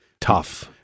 tough